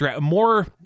more